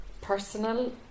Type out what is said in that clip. personal